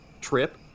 trip